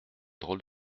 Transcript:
drôle